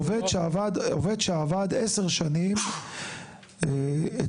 עובד שעבר 10 שנים אצלך.